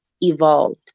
evolved